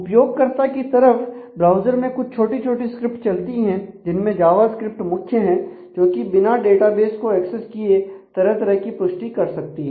उपयोगकर्ता की तरफ ब्राउज़र में कुछ छोटी छोटी स्क्रिप्ट चलती है जिनमें जावास्क्रिप्ट मुख्य है जोकि बिना डेटाबेस को एक्सेस किए तरह तरह की पुष्टि कर सकती है